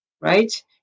right